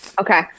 Okay